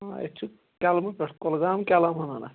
اَسہِ چھِ کیٚلمہٕ پیٚٹھٕ کۅلگام کیٚلم وَنان اتھ